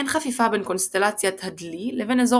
אין חפיפה בין קונסטלציית הדלי לבין אזור